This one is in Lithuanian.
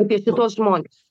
apie šituos žmones